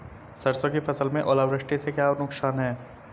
सरसों की फसल में ओलावृष्टि से क्या नुकसान है?